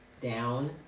down